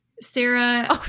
Sarah